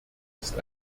ist